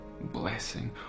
blessing